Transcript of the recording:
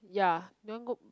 ya that one go